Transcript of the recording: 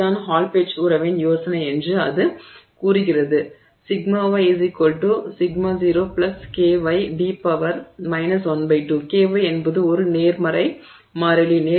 இது தான் Hall Petch உறவின் யோசனை என்று அது கூறுகிறது Ky என்பது ஒரு நேர்மறை மாறிலி